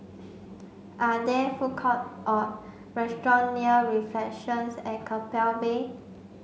are there food court or restaurant near Reflections at Keppel Bay